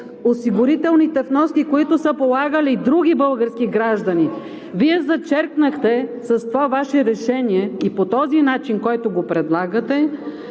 осигурителните вноски, които са полагали други български граждани. Вие зачеркнахте с това Ваше решение и по начина, по който го предлагате,